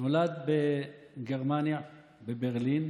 נולד בגרמניה, בברלין,